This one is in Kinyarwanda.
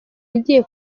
yagiye